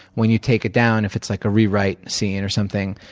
when you take it down, if it's like a rewrite scene or something,